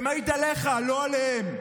זה מעיד עליך, לא עליהם.